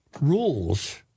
rules